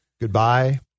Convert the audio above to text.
Goodbye